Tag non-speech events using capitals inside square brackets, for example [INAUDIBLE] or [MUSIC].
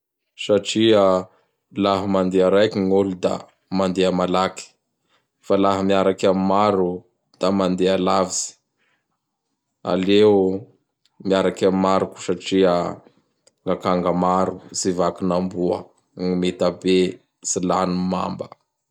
[NOISE] Satria laha mandeha raiky gn'olo da mandeha malaky. Fa laha miaraky am maro da mandeha lavitsy. Aleo miaraky am maro satria gn'akanga maro tsy vakin'amboa, gny [NOISE] mitabe [NOISE] tsy lanin'ny [NOISE] mamba. [NOISE]